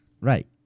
Right